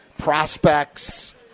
prospects